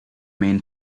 main